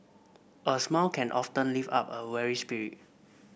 a smile can often lift up a weary spirit